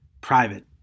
private